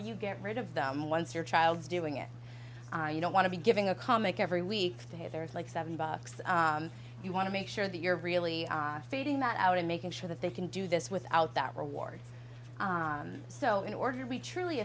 do you get rid of them once your child is doing it you don't want to be giving a comic every week to hey there's like seven bucks you want to make sure that you're really feeding that out and making sure that they can do this without that reward so in order to be truly